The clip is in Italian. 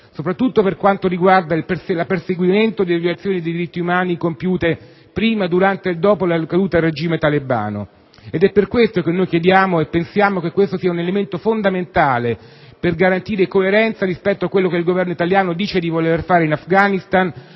soprattutto per quanto riguarda il perseguimento delle violazioni dei diritti umani compiute prima, durante e dopo la caduta del regime talebano. È per questo motivo che chiediamo e pensiamo che questo sia un elemento fondamentale per garantire coerenza rispetto a quello che il Governo italiano dice di voler fare in Afghanistan